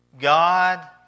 God